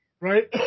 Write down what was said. Right